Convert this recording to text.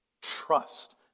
Trust